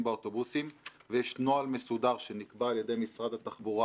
באוטובוסים ויש נוהל מסודר שנקבע על ידי משרד התחבורה